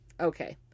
Okay